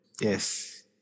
Yes